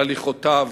בהליכותיו